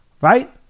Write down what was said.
Right